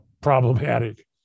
problematic